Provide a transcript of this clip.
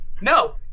No